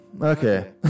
Okay